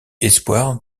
espoir